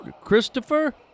Christopher